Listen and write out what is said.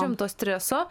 rimto streso